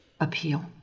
appeal